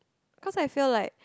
cause I feel like